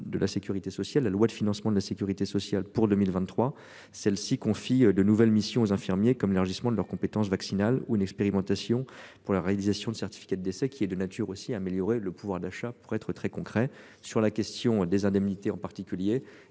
de la Sécurité sociale. La loi de financement de la Sécurité sociale pour 2023. Celle-ci confie de nouvelles missions aux infirmiers comme élargissement de leurs compétences vaccinales ou une expérimentation pour la réalisation de certificat de décès qui est de nature aussi améliorer le pouvoir d'achat, pour être très concret sur la question des indemnités en particulier